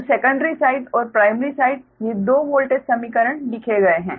तो secondary side और primary side ये दो वोल्टेज समीकरण लिखे गए हैं